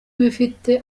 ibifite